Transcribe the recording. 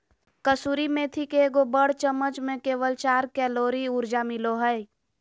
कसूरी मेथी के एगो बड़ चम्मच में केवल चार कैलोरी ऊर्जा मिलो हइ